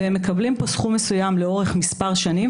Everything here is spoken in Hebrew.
והם מקבלים פה סכום מסוים לאורך מספר שנים,